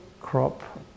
crop